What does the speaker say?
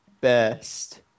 best